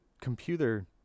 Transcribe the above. computer